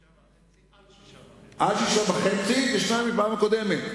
6.5% על 6.5%. על 6.5% ו-2% מהפעם הקודמת.